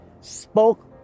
spoke